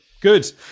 Good